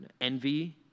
envy